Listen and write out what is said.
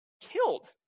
killed